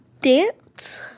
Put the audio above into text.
dance